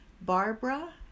Barbara